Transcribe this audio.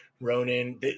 Ronan